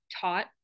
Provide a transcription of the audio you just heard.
taught